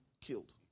killed